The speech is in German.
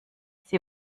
sie